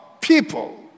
people